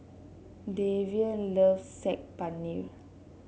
Deven loves Saag Paneer